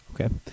Okay